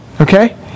Okay